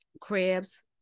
Crabs